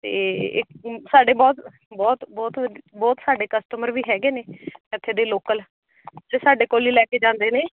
ਅਤੇ ਇੱ ਸਾਡੇ ਬਹੁਤ ਬਹੁਤ ਬਹੁਤ ਵ ਬਹੁਤ ਸਾਡੇ ਕਸਟਮਰ ਵੀ ਹੈਗੇ ਨੇ ਇੱਥੇ ਦੇ ਲੋਕਲ ਜੋ ਸਾਡੇ ਕੋਲੋਂ ਹੀ ਲੈ ਕੇ ਜਾਂਦੇ ਨੇ